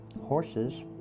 Horses